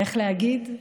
איך להגיד?